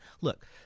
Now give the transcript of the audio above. Look